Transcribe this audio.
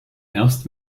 erst